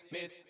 Miss